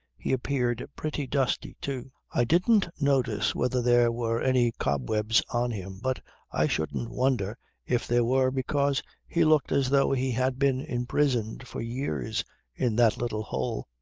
he appeared pretty dusty too. i didn't notice whether there were any cobwebs on him, but i shouldn't wonder if there were because he looked as though he had been imprisoned for years in that little hole.